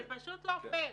זה פשוט לא הוגן.